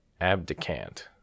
abdicant